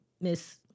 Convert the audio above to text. miss